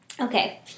Okay